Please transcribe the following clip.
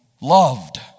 loved